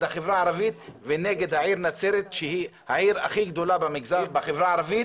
החברה הערבית ונגד העיר נצרת שהיא העיר הכי גדולה בחברה הערבית.